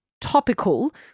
topical